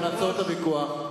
נעצור את הוויכוח,